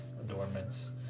adornments